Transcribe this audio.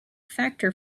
factor